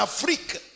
Africa